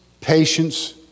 patience